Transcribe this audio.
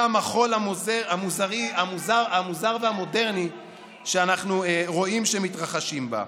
המחול המוזר והמודרני שאנחנו רואים שמתרחשים בה.